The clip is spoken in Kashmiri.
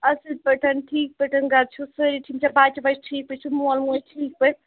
اَصٕل پٲٹھۍ ٹھیٖک پٲٹھۍ گَرِ چھُ سٲری ٹھِیٖک یِم چھا بَچہِ وَچہِ ٹھیٖک پٲٹھۍ بیٚیہِ چھُکھ مول موج ٹھیٖک پٲٹھۍ